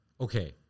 okay